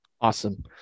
Awesome